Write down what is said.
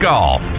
Golf